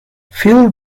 fuel